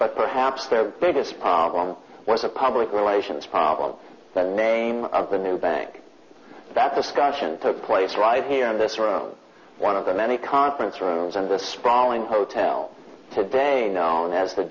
but perhaps the biggest problem was a public relations problem the name of the new bank that discussion took place right here in this room one of the many conference rooms in the sprawling hotel today known as the